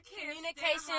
Communication